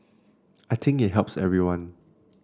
I think it helps everyone